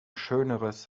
schöneres